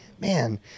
Man